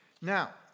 Now